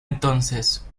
entonces